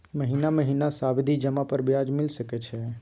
महीना महीना सावधि जमा पर ब्याज मिल सके छै?